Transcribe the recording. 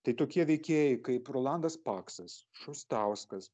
tai tokie veikėjai kaip rolandas paksas šustauskas